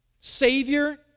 Savior